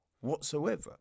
whatsoever